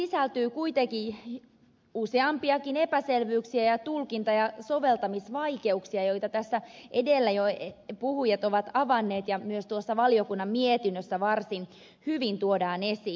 lakiin sisältyy kuitenkin useampiakin epäselvyyksiä ja tulkinta ja soveltamisvaikeuksia joita tässä edellä jo puhujat ovat avanneet ja myös tuossa valiokunnan mietinnössä varsin hyvin tuodaan esiin